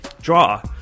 Draw